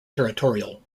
territorial